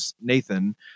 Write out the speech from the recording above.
Nathan